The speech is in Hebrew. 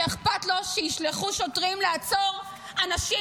שאכפת לו שישלחו שוטרים לעצור אנשים